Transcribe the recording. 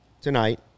tonight